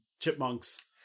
chipmunks